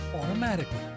automatically